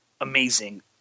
amazing